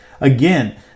Again